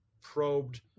probed